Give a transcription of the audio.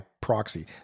proxy